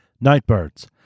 Nightbirds